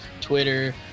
Twitter